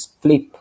flip